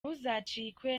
ntuzacikwe